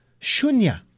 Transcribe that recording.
Shunya